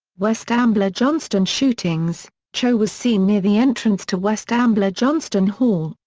west ambler johnston shootings cho was seen near the entrance to west ambler johnston hall,